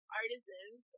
artisans